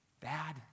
Bad